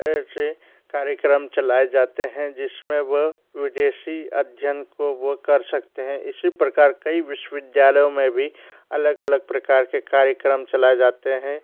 ऐसे कार्यक्रम चलाए जाते हैं जिस में वो विदेशी अध्ययन को वो कर सकते हैं इसी प्रकार कई विश्वविद्यालयों में भी अलग अलग प्रकार के कार्यक्रम चलाए जाते हैं और